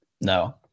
No